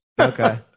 Okay